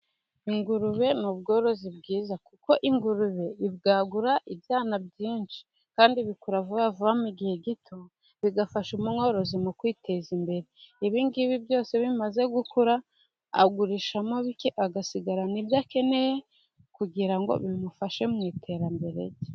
Ingurube ni ubworozi bwiza, kuko ingurube ibwagura ibyana byinshi, kandi bikura vuba vuba mu gihe gito, bigafasha umworozi mu kwiteza imbere. Ibi ng'ibi byose iyo bimaze gukura, agurishamo bike agasigarana ibyo akeneye, kugira ngo bimufashe mu iterambere rye.